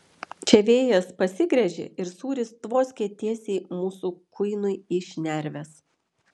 čia vėjas pasigręžė ir sūris tvoskė tiesiai mūsų kuinui į šnerves